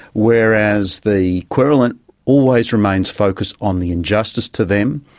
whereas the querulant always remains focused on the injustice to them,